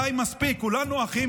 די, מספיק, כולנו אחים.